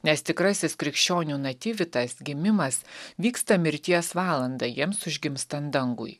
nes tikrasis krikščionių nativitas gimimas vyksta mirties valandą jiems užgimstant dangui